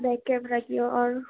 back camera کی اور